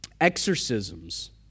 exorcisms